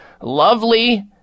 lovely